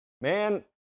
Man